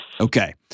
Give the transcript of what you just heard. okay